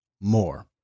more